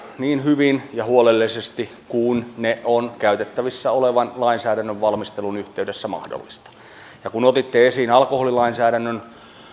niin hyvin ja huolellisesti kuin ne on käytettävissä olevan lainsäädännön valmistelun yhteydessä mahdollista tehdä ja kun otitte esiin alkoholilainsäädännön